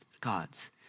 gods